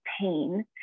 pain